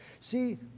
See